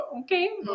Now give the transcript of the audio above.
okay